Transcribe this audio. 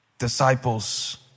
disciples